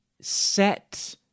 set